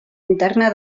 interna